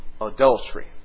adultery